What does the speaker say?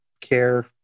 care